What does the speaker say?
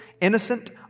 innocent